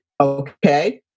okay